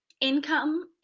income